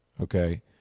okay